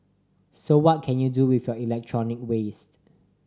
so what can you do with your electronic waste